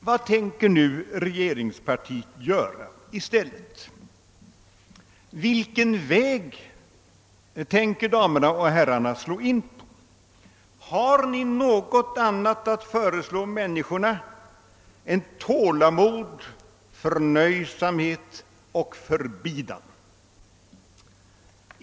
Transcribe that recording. Vad tänker nu regeringspartiet göra i stället? Vilken väg tänker damerna och herrarna slå in på? Har ni något annat att föreslå människorna än tålamod, förnöjsamhet och förbidan?